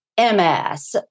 MS